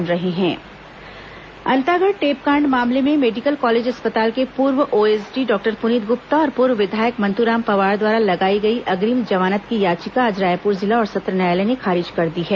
अग्रिम जमानत सुनवाई अंतागढ़ टेपकांड मामले में मेडिकल कॉलेज अस्पताल के पूर्व ओएसडी डॉक्टर पुनीत गुप्ता और पूर्व विधायक मंतूराम पवार द्वारा लगाई गई अग्रिम जमानत की याचिका आज रायपुर जिला और सत्र न्यायालय ने खारिज कर दी है